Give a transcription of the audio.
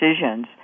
decisions